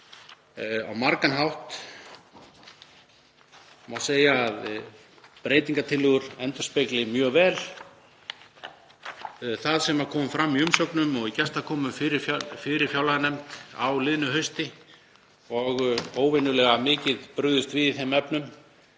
Á margan hátt má segja að breytingartillögur endurspegli mjög vel það sem kom fram í umsögnum og í gestakomum fyrir fjárlaganefnd á liðnu hausti og var óvenjulega mikið brugðist við í þeim efnum.